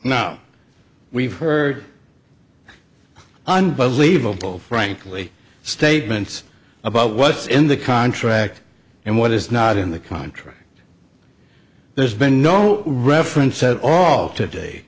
now we've heard unbelievable frankly statements about what's in the contract and what is not in the contract there's been no reference at all today